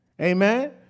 Amen